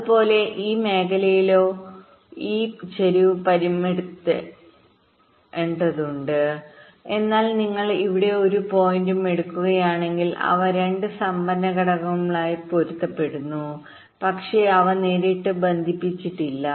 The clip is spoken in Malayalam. അതുപോലെ ഈ മേഖലയിലോ ഈ മേഖലയിലോ ഈ ചരിവ് പരിമിതപ്പെടുത്തേണ്ടതുണ്ട് എന്നാൽ നിങ്ങൾ ഇവിടെ ഒരു പോയിന്റും എടുക്കുകയാണെങ്കിൽ അവ 2 സംഭരണ ഘടകങ്ങളുമായി പൊരുത്തപ്പെടുന്നു പക്ഷേ അവ നേരിട്ട് ബന്ധിപ്പിച്ചിട്ടില്ല